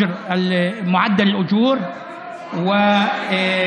מהשכר הממוצע, (2)(א)